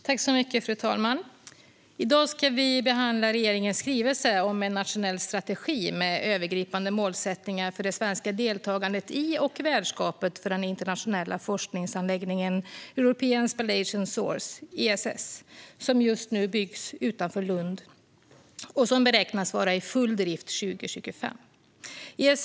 Fru talman! I dag ska vi behandla regeringens skrivelse om en nationell strategi med övergripande målsättningar för det svenska deltagandet i och värdskapet för den internationella forskningsanläggningen European Spallation Source, ESS, som just nu byggs utanför Lund och som beräknas vara i full drift 2025.